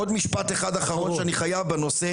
עוד משפט אחד אחרון שאני חייב בנושא